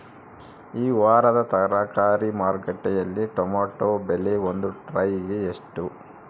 ಈ ವಾರದ ತರಕಾರಿ ಮಾರುಕಟ್ಟೆಯಲ್ಲಿ ಟೊಮೆಟೊ ಬೆಲೆ ಒಂದು ಟ್ರೈ ಗೆ ಎಷ್ಟು?